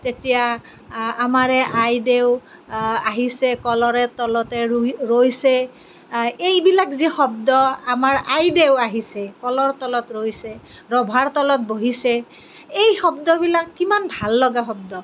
তেতিয়া আমাৰে আইদেউ আহিছে কলৰে তলতে ৰুই ৰৈছে এইবিলাক যে শব্দ আমাৰ আইদেউ আহিছে কলৰ তলত ৰৈছে ৰভাৰ তলত বহিছে এই শব্দবিলাক কিমান ভাল লগা শব্দ